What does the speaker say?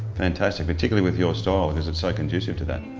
fantastic, particularly with your style because it's so condusive to that.